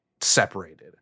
separated